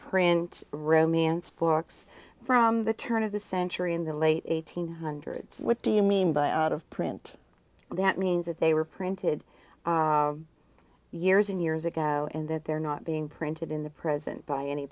print romance books from the turn of the century in the late one thousand nine hundred so what do you mean by out of print that means that they were printed years and years ago and that they're not being printed in the present by any